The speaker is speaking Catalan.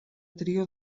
tria